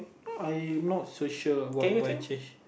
not I'm not so sure what would I change